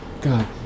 God